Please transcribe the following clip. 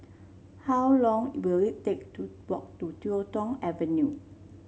how long will it take to walk to YuK Tong Avenue